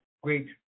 great